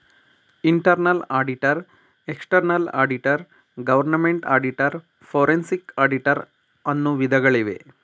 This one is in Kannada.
internal auditor, external auditor, government auditor, forensic auditor, ಅನ್ನು ವಿಧಗಳಿವೆ